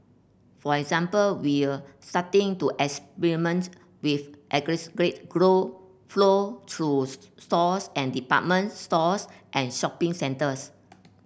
for example we're starting to experiments with aggregated glow flow through stores and department stores and shopping centres